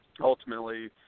ultimately –